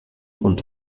und